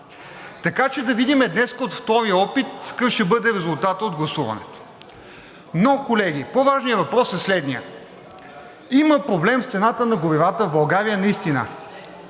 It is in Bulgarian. Така че да видим днеска от втори опит какъв ще бъде резултатът от гласуването. Колеги, по-важният въпрос е следният: има проблем в цената на горивата в България наистина